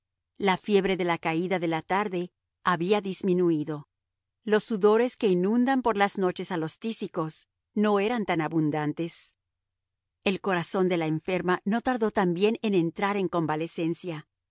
la fiebre de la caída de la tarde había disminuido los sudores que inundan por las noches a los tísicos no eran tan abundantes el corazón de la enferma no tardó también en entrar en convalecencia